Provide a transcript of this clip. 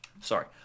Sorry